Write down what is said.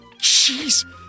Jeez